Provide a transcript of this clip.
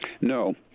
No